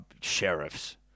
sheriffs